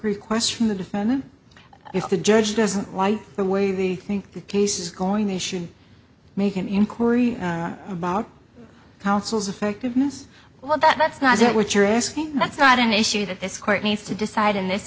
request from the defendant if the judge doesn't wipe away the think the case is going they should make an inquiry about counsel's effectiveness well that that's not what you're asking that's not an issue that this court needs to decide in this